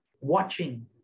watching